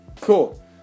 Cool